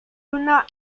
una